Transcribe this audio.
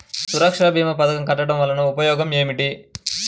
సురక్ష భీమా పథకం కట్టడం వలన ఉపయోగం ఏమిటి?